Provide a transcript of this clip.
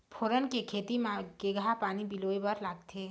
फोरन के खेती म केघा पानी पलोए बर लागथे?